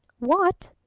what!